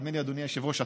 אדוני היושב-ראש,